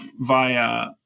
via